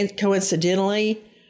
coincidentally